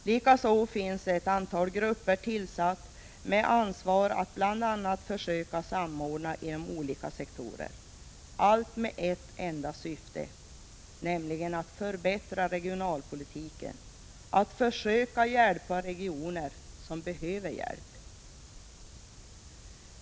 Likaså finns ett antal grupper tillsatta med ansvar att bl.a. försöka samordna inom olika sektorer — allt med ett syfte, nämligen att förbättra regionalpolitiken, att försöka hjälpa regioner som behöver hjälp.